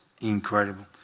incredible